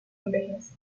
envejece